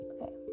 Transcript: Okay